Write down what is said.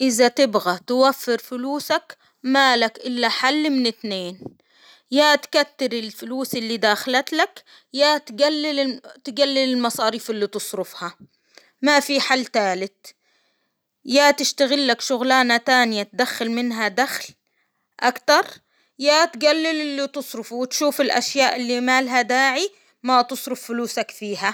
إذا تبغى توفر فلوسك ما لك إلا حل من اتنين، يا تكتر الفلوس اللي داخلتلك ، يا تجلل-تجلل المصاريف اللي تصرفها، ما في حل تالت، يا تشتغل لك شغلانة تانية تدخل منها دخل أكتر يا تجلل اللي تصرفه، وتشوف الأشياء اللي ما لها داعي ما تصرف فلوسك فيها.